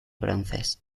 bronces